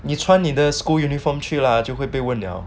你穿你的 school uniform 去 lah 就会被问 liao